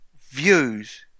views